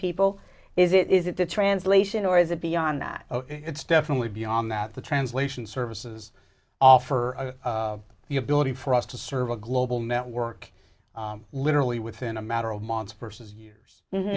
people is it is it the translation or is it beyond that it's definitely beyond that the translation services offer the ability for us to serve a global network literally within a matter of months versus years